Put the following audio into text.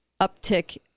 uptick